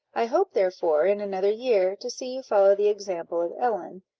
i hope, therefore, in another year, to see you follow the example of ellen,